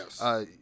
Yes